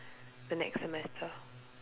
the next semester